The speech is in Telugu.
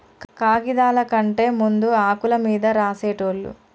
కాగిదాల కంటే ముందు ఆకుల మీద రాసేటోళ్ళు